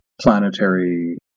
planetary